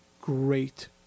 great